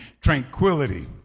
tranquility